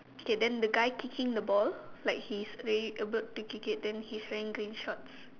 okay then the guy kicking the ball like he's already about to kick it then he's wearing green shorts